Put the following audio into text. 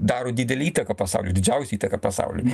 daro didelę įtaką pasauliui didžiausią įtaką pasauliui